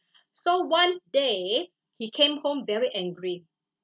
so one day he came home very angry